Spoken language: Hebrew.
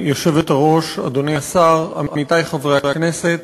היושבת-ראש, תודה, אדוני השר, עמיתי חברי הכנסת,